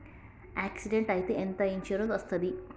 Accident అయితే ఎంత insurance వస్తది?